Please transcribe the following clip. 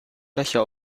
löcher